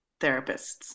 therapists